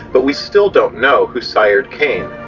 but we still don't know who sired cain.